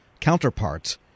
counterparts